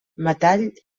metall